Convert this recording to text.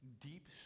deep